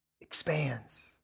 expands